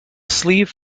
sleeve